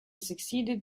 succeeded